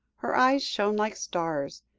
her eyes shone like stars,